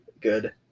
good